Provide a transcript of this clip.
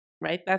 right